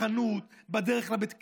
בחנות, בדרך לבית הכנסת,